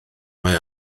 mae